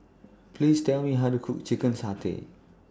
Please Tell Me How to Cook Chicken Satay